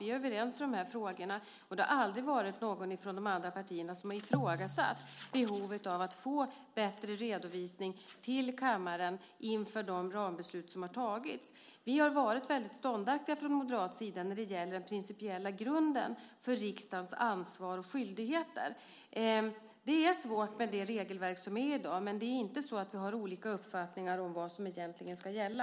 Vi är överens i de här frågorna, och det har aldrig varit någon från de andra partierna som har ifrågasatt behovet av att få en bättre redovisning till kammaren inför de rambeslut som har tagits. Vi har varit väldigt ståndaktiga från moderat sida när det gäller den principiella grunden för riksdagens ansvar och skyldigheter. Det är svårt med det regelverk som är i dag, men det är inte så att vi har olika uppfattningar om vad som egentligen ska gälla.